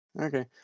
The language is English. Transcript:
Okay